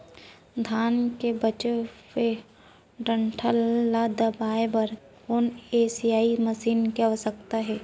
धान के बचे हुए डंठल ल दबाये बर कोन एसई मशीन के आवश्यकता हे?